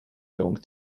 going